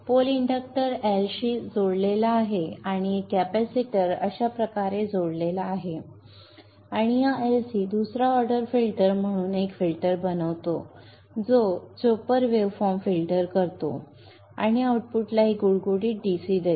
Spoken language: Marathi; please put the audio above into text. पोल इंडक्टर L शी जोडलेला आहे आणि एक कॅपेसिटर अशा प्रकारे जोडलेला आहे आणि हा LC दुसरा ऑर्डर फिल्टर म्हणून एक फिल्टर बनवतो जो चोपर वेव्ह फॉर्म फिल्टर करतो आणि आउटपुटला एक गुळगुळीत DC देतो